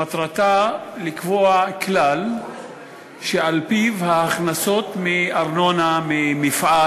מטרתה לקבוע כלל שעל-פיו ההכנסות מארנונה ממפעל